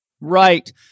Right